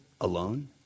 alone